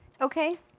Okay